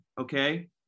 Okay